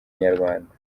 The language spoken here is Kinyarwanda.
inyarwanda